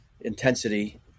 intensity